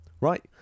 Right